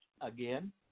again